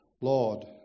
Lord